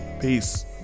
Peace